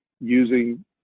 using